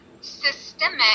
systemic